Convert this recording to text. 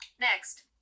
Next